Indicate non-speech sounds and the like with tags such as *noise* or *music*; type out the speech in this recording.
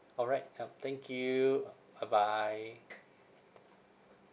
all right yup thank you *noise* bye bye